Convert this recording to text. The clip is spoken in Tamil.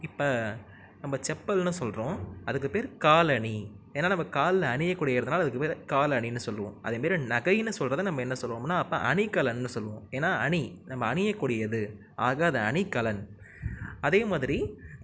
இப்போ நம்ம செப்பல்ன்னு சொல்றோம் அதுக்கு பேர் காலணி ஏன்னா நம்ம கால்ல அணிய கூடியதனால அதுக்கு பேர் காலணினு சொல்லுவோம் அதேமாதிரி நகைன்னு சொல்றதை நம்ம என்ன சொல்லுவோம்னால் அப்ப அணிகலன்னு சொல்லுவோம் ஏன்னா அணி நம்ம அணிய கூடியது ஆக அது அணிகலன் அதே மாதிரி